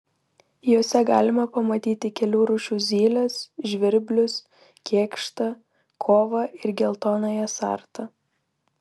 jose galima pamatyti kelių rūšių zyles žvirblius kėkštą kovą ir geltonąją sartą